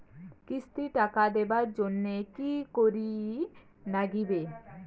কিস্তি টা দিবার জন্যে কি করির লাগিবে?